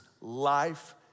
life